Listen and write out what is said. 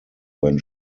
when